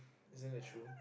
isn't the truth